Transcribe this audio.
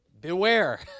Beware